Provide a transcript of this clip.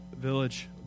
Village